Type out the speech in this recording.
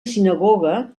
sinagoga